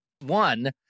One